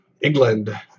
england